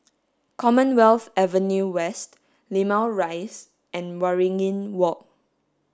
Commonwealth Avenue West Limau Rise and Waringin Walk